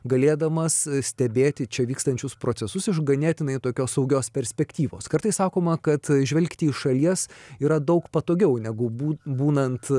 galėdamas stebėti čia vykstančius procesus iš ganėtinai tokios saugios perspektyvos kartais sakoma kad žvelgti iš šalies yra daug patogiau negu bū būnant